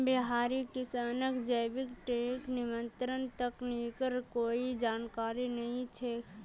बिहारी किसानक जैविक कीट नियंत्रण तकनीकेर कोई जानकारी नइ छ